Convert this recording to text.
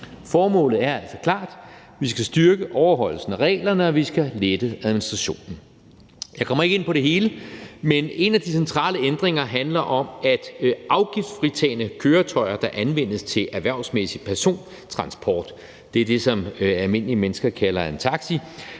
Formålet er altså klart, nemlig at vi skal styrke overholdelsen af reglerne, og at vi skal lette administrationen. Jeg kommer ikke ind på det hele, men en af de centrale ændringer handler om, at afgiftsfritagne køretøjer, der anvendes til erhvervsmæssig persontransport – det, som almindelige mennesker kalder en taxi